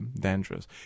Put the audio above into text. dangerous